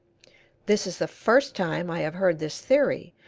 this is the first time i have heard this theory,